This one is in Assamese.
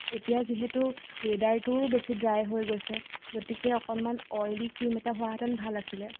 এতিয়া যিহেতু ৱেডাৰটোও বেছি ড্ৰাই হৈ গৈছে গতিকে অকণমান অইলি ক্ৰীম এটা হোৱাহেঁতেন ভাল আছিলে